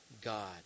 God